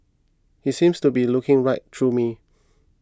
he seemed to be looking right through me